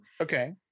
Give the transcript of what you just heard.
okay